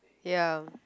ya